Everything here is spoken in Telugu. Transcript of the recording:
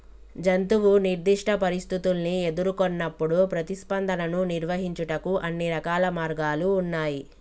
జంతువు నిర్దిష్ట పరిస్థితుల్ని ఎదురుకొన్నప్పుడు ప్రతిస్పందనను నిర్వహించుటకు అన్ని రకాల మార్గాలు ఉన్నాయి